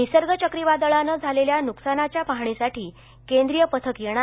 निसर्ग चक्रीवादळानं झालेल्या नूकसानाच्या पाहणीसाठी केंद्रीय पथक येणार